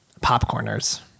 popcorners